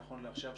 נכון לעכשיו,